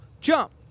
jump